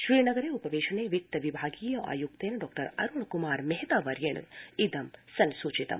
श्रीनगरे उपवेशने वित्त विभागीय आय्क्तेन डॉ अरुण क्मार मेहतावर्येण इदं सूचितम्